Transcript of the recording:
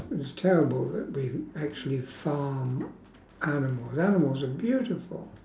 it's terrible that we've actually farm animals animals are beautiful